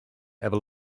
ever